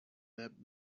that